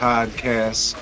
Podcast